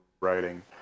writing